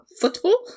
football